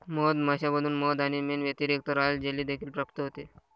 मधमाश्यांमधून मध आणि मेण व्यतिरिक्त, रॉयल जेली देखील प्राप्त होते